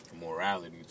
morality